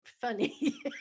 funny